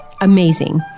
amazing